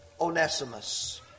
Onesimus